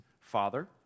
father